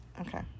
Okay